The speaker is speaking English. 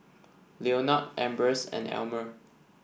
Leonard Ambers and Almer